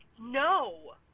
no